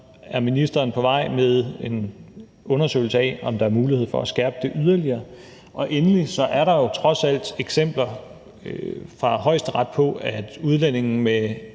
er ministeren på vej med en undersøgelse af, om der er mulighed for at skærpe det yderligere, og endelig er der trods alt eksempler fra Højesteret på, at udlændinge med